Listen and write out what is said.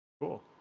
cool